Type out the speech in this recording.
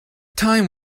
time